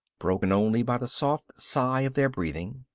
broken only by the soft sigh of their breathing.